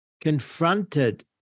confronted